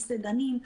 מסעדנים,